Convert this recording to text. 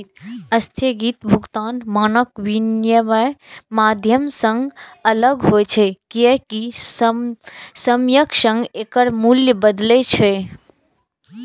स्थगित भुगतान मानक विनमय माध्यम सं अलग होइ छै, कियैकि समयक संग एकर मूल्य बदलै छै